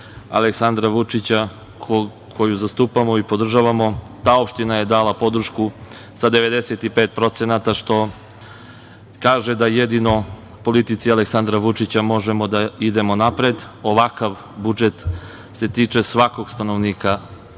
Aleksandra Vučića koju zastupamo i podržavamo, ta opština je dala podršku sa 95%, što kaže da jedino sa politikom Aleksandra Vučića možemo da idemo napred. Ovakav budžet se tiče svakog stanovnika